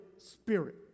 Spirit